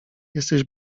jesteś